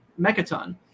Mechaton